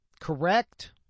correct